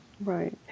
Right